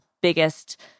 biggest